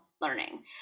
learning